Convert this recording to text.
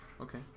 Okay